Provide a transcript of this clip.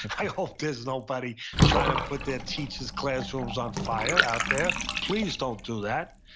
ah i hope there's nobody trying to put their teachers' classrooms on fire out there. please don't do that.